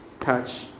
touch